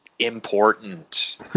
important